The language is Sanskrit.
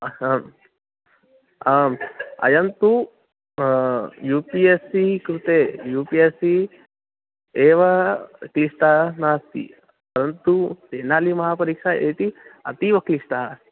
आम् आम् अयं तु यु पि एस् सी कृते यु पि एस् सी एव क्लिष्टा नास्ति परन्तु तेनाली महापरीक्षा इति अपि क्लिष्टा अस्ति